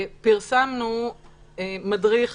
פרסמנו מדריך